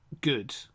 good